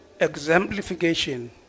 exemplification